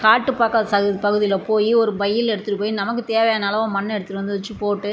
காட்டு பக்கம் சகு பகுதியில் போய் ஒரு பையில் எடுத்துகிட்டு போய் நமக்கு தேவையான அளவு மண்ணை எடுத்துகிட்டு வந்து வச்சு போட்டு